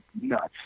nuts